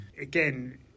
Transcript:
again